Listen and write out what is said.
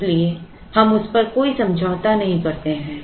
इसलिए हम उस पर कोई समझौता नहीं करते हैं